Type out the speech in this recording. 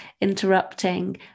interrupting